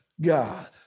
God